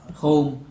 home